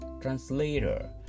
translator